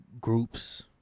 groups